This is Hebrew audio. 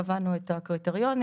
קבענו את הקריטריונים,